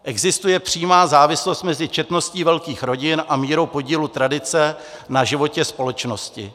Existuje přímá závislost mezi četností velkých rodin a mírou podílu tradice na životě společnosti.